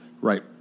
right